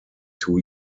two